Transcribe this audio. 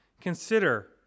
consider